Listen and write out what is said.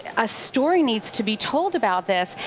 a story needs to be told about this.